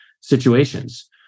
situations